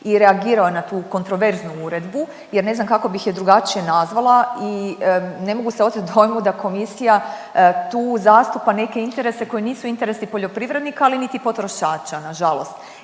i reagirao na tu kontroverznu uredbu jer ne znam kako bih je drugačije nazvala i ne mogu se oteti dojmu da komisija tu zastupa neke interese koji nisu interesi poljoprivrednika, ali niti potrošača nažalost